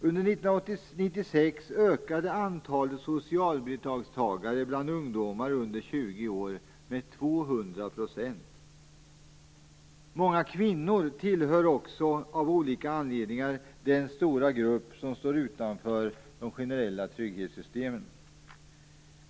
Under 1996 ökade antalet socialbidragstagare bland ungdomar under 20 år med Många kvinnor tillhör också av olika anledningar den stora grupp som står utanför de generella trygghetssystemen.